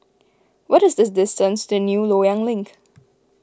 what is this distance to New Loyang Link